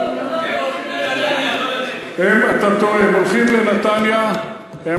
הם הולכים לנתניה, אתה טועה.